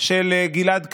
של גלעד קריב,